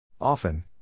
Often